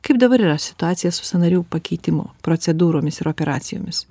kaip dabar yra situacija su sąnarių pakeitimo procedūromis ir operacijomis